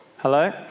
Hello